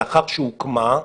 לאחר שהוקמה,